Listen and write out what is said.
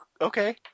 okay